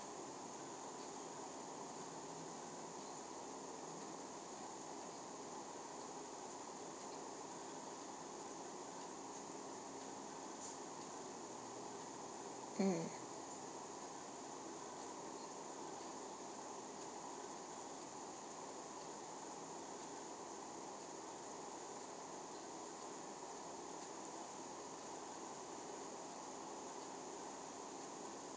mm